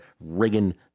Reagan